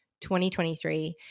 2023